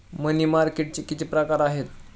मनी मार्केटचे किती प्रकार आहेत?